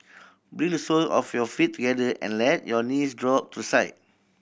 bring the sole of your feet together and let your knees drop to side